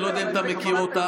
אני לא יודע אם אתה מכיר אותה.